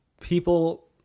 people